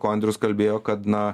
ko andrius kalbėjo kad na